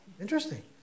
interesting